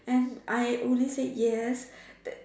and I only say yes the